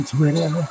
Twitter